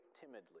timidly